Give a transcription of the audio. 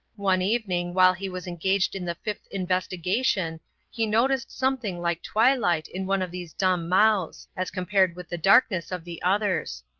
one evening while he was engaged in the fifth investigation he noticed something like twilight in one of these dumb mouths, as compared with the darkness of the others.